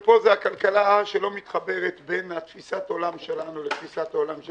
ופה זה הכלכלה שלא מתחברת בין תפיסת עולם שלנו לתפיסת עולם של